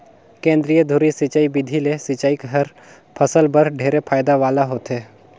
केंद्रीय धुरी सिंचई बिधि ले सिंचई हर फसल बर ढेरे फायदा वाला होथे